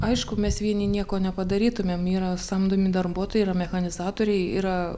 aišku mes vieni nieko nepadarytumėm yra samdomi darbuotojai ir mechanizatoriai yra